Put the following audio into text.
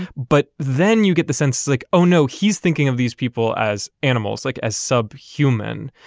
but then you get the sense like oh no he's thinking of these people as animals like as subhuman.